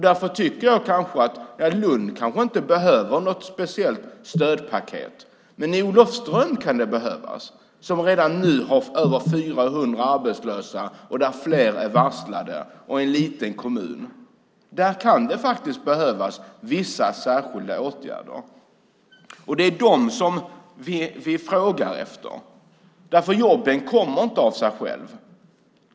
Därför tycker jag att Lund kanske inte behöver ett speciellt stödpaket, men i Olofström kan det behövas. Där är redan nu över 400 personer arbetslösa, och fler är varslade - detta i en liten kommun så där kan det behövas vissa särskilda åtgärder. Det är sådana vi frågar efter, för jobben kommer inte av sig själva.